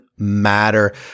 Matter